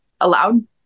allowed